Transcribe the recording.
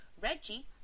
Reggie